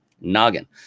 noggin